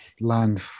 land